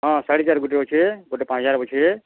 ହଁ ସାଢ଼େ ଚାର୍ ଗୁଟେ ଅଛେ ଗୁଟେ ପାଞ୍ଚ୍ ହଜାର୍ ଅଛେ